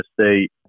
State